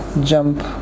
jump